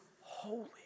holy